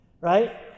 right